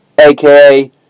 aka